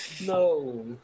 No